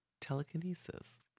telekinesis